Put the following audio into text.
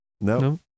No